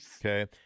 Okay